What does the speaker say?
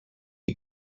you